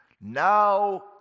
now